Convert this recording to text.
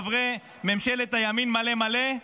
חברי ממשלת הימין מלא מלא,